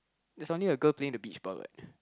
there's only a girl playing the beach ball what